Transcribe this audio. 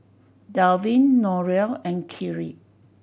Darwin Donell and Keri